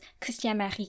Christiane-Marie